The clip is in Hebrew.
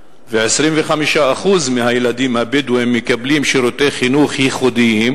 ו-25% מהילדים הבדואים מקבלים שירותי חינוך ייחודיים,